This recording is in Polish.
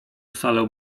salę